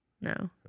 No